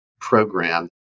program